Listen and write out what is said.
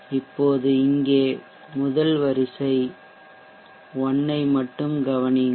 இப்போது இங்கே முதலில் வரிசை 1 ஐ மட்டும் கவனியுங்கள்